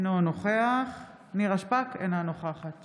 אינו נוכח נירה שפק, אינה נוכחת